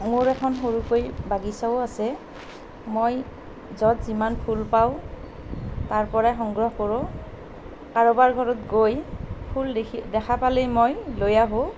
মোৰ এখন সৰুকৈ বাগিচাও আছে মই য'ত যিমান ফুল পাওঁ তাৰপৰাই সংগ্ৰহ কৰোঁ কাৰোবাৰ ঘৰত গৈ ফুল দেখি দেখা পালেই মই লৈ আহোঁ